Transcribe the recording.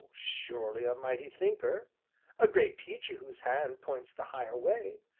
surely a mighty thinker a great teacher whose hand points the higher way,